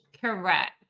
Correct